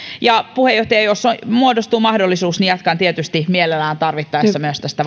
puheenjohtaja jos muodostuu mahdollisuus niin jatkan tietysti mielellään tarvittaessa myös tästä